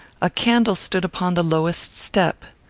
a candle stood upon the lowest step.